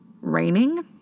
raining